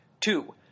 Two